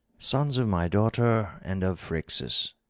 sons of my daughter and of phrixus,